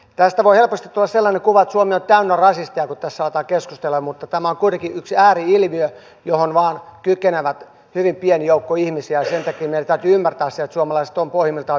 tästä voi helposti tulla sellainen kuva että suomi on täynnä rasisteja kun tässä aletaan keskustella mutta tämä on kuitenkin yksi ääri ilmiö johon kykenee vain hyvin pieni joukko ihmisiä ja sen takia meidän täytyy ymmärtää se että suomalaiset ovat pohjimmiltaan vieraanvaraista porukkaa